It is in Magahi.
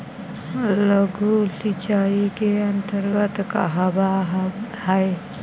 लघु सिंचाई के अंतर्गत का आव हइ?